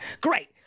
great